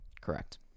Correct